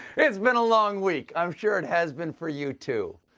it's been a long week, i'm sure it has been for you, too.